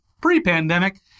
pre-pandemic